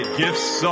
gifts